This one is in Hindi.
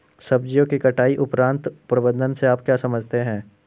सब्जियों के कटाई उपरांत प्रबंधन से आप क्या समझते हैं?